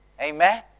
Amen